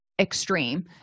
extreme